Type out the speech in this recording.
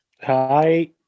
hi